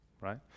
right